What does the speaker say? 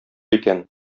икән